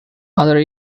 other